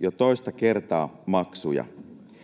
jo toista kertaa maksuja.